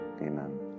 Amen